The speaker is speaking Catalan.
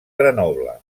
grenoble